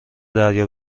دریا